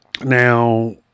Now